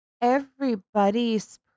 everybody's